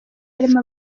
harimo